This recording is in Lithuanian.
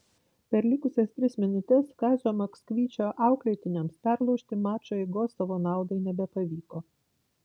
per likusias tris minutes kazio maksvyčio auklėtiniams perlaužti mačo eigos savo naudai nebepavyko